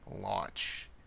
launch